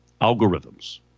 algorithms